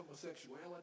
homosexuality